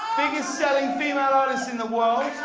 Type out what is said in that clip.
biggest selling female artist in the world.